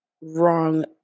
wrong